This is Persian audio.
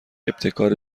ابتکار